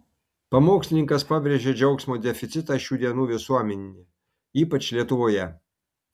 pamokslininkas pabrėžė džiaugsmo deficitą šių dienų visuomenėje ypač lietuvoje